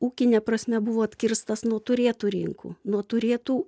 ūkine prasme buvo atkirstas nuo turėtų rinkų nuo turėtų